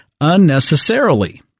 unnecessarily